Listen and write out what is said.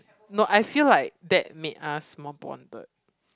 no I feel like that made us more bonded